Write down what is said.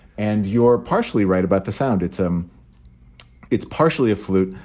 and you're partially right about the sound. it's um it's partially a flute,